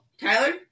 Tyler